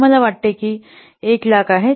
तर मला वाटते की ते 100000 आहे